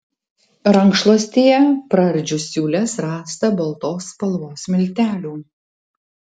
rankšluostyje praardžius siūles rasta baltos spalvos miltelių